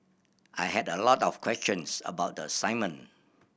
I had a lot of questions about the assignment